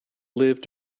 lived